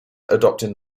adopting